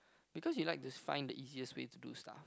because you like to find the easiest way to do stuff